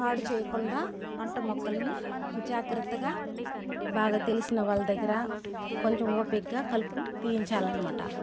పాడు చేయకుండా పంట మొక్కల్ని జాగ్రత్తగా బాగా తెలిసిన వాళ్ళ దగ్గర కొంచెం ఓపికగా కలుపు తీయించాలి అనమాట